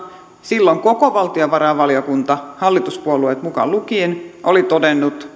silloin koko valtiovarainvaliokunta hallituspuolueet mukaan lukien totesi